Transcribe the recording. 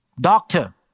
doctor